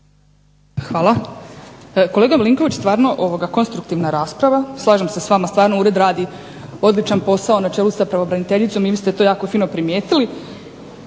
Hvala. Kolega Milinković stvarno konstruktivna rasprava. Slažem se s vama stvarno ured radi odličan posao na čelu sa pravobraniteljicom i vi ste to jako fino primijetili.